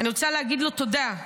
להגיד לו תודה.